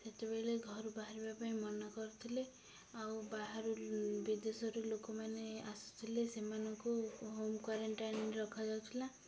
ସେତେବେଳେ ଘରୁ ବାହାରିବା ପାଇଁ ମନା କରୁଥିଲେ ଆଉ ବାହାରୁ ବିଦେଶରୁ ଲୋକମାନେ ଆସୁଥିଲେ ସେମାନଙ୍କୁ ହୋମ୍ କ୍ଵାରେଣ୍ଟାଇନ୍ ରଖାଯାଉଥିଲା